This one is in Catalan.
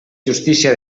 justícia